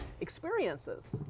experiences